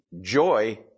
joy